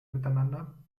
miteinander